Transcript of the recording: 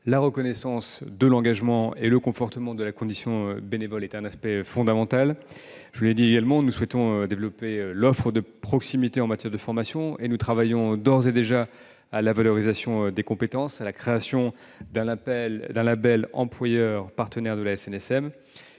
la reconnaissance de l'engagement et la consolidation de la condition de bénévole seront un aspect fondamental. Comme je l'ai déjà indiqué, nous souhaitons développer l'offre de proximité en matière de formation et nous travaillons déjà à la valorisation des compétences et à la création d'un label « employeur partenaire de la SNSM